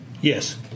Yes